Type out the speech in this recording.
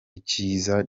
ikiza